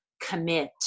commit